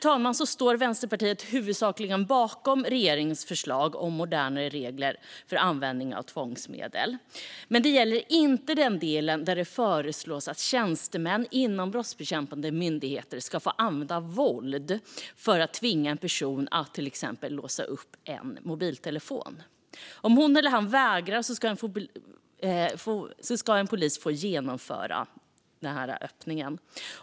Sammantaget står Vänsterpartiet huvudsakligen bakom regeringens förslag om modernare regler för användning av tvångsmedel. Men det gäller inte den del där det föreslås att tjänstemän inom brottsbekämpande myndigheter ska få använda våld för att tvinga en person att till exempel låsa upp en mobiltelefon. Om han eller hon vägrar ska en polis få genomföra denna öppning.